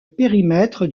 périmètre